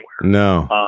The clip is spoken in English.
No